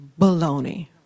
baloney